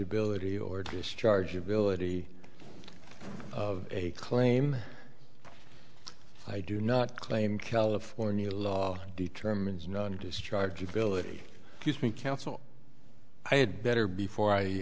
ability or discharge ability of a claim i do not claim california law determines non discharge ability to speak counsel i had better before i